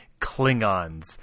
Klingons